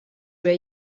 were